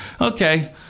okay